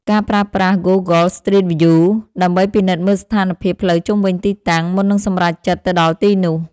ការប្រើប្រាស់ ហ្គូហ្គល ស្ទ្រីត វីយូ ដើម្បីពិនិត្យមើលស្ថានភាពផ្លូវជុំវិញទីតាំង មុននឹងសម្រេចចិត្តទៅដល់ទីនោះ។